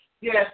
yes